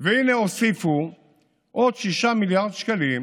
והינה, הוסיפו עוד 6 מיליארד שקלים